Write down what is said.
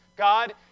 God